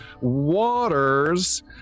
waters